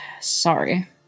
Sorry